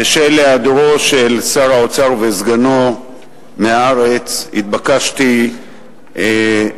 בשל היעדרם של שר האוצר וסגנו מהארץ התבקשתי להשיב,